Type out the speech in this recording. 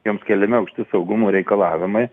joms keliami aukšti saugumo reikalavimai